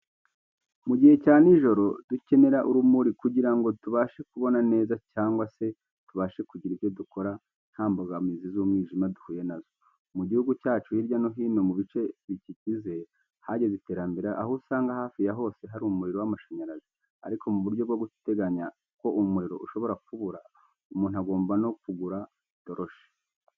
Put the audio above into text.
Mu gihe cya nijoro dukenera urumuri kugira ngo tubashe kubona neza cyangwa se tubashe kugira ibyo dukora nta mbogamizi z'umwijima duhuye na zo. Mu gihugu cyacu hirya no hino mu bice bikigize hageze iterambere, aho usanga hafi ya hose hari umuriro w'amashanyarazi. Ariko mu buryo bwo guteganya ko umuriro ushobora kubura umuntu agomba no kugura itoroshi.